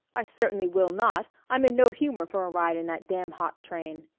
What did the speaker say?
i certainly will not! i'm in no humour for a ride in that damn hot train.